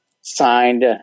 signed